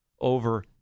over